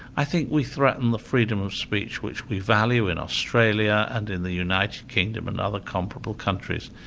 i think we threaten the freedom of speech which we value in australia and in the united kingdom and other comparable countries.